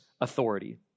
authority